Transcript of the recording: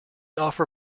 offer